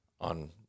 on